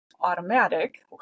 automatic